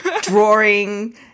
drawing